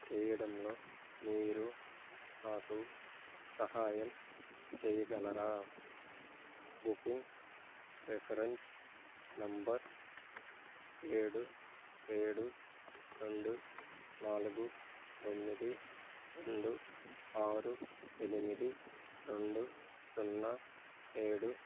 చేయడంలో మీరు నాకు సహాయం చేయగలరా బుకింగ్ రిఫరెన్స్ నెంబర్ ఏడు ఏడు రెండు నాలుగు తొమ్మిది రెండు ఆరు ఎనిమిది రెండు సున్నా ఏడు